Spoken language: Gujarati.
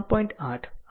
8